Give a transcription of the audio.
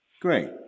Great